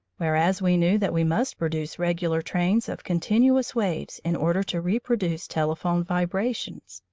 whereas we knew that we must produce regular trains of continuous waves in order to reproduce telephone vibrations.